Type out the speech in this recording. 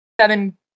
seven